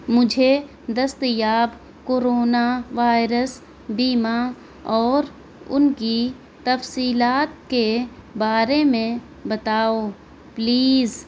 مجھے دستیاب corona virus بیمہ اور ان کی تفصیلات کے بارے میں بتاؤ پلیز